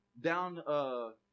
Down